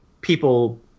people